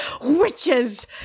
Witches